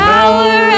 Power